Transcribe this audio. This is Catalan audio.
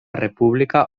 república